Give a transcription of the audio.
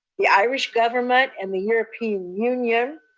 the irish government and the european union,